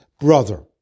brother